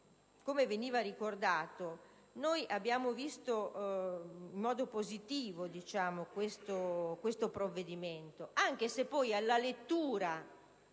Come veniva ricordato, abbiamo valutato in modo positivo questo provvedimento anche se alla sua lettura